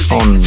on